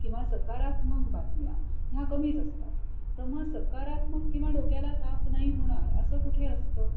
किंवा सकारात्मक बातम्या ह्या कमीच असतात तर सकारात्मक किंवा डोक्याला ताप नाही होणार असं कुठे असतं